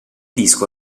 disco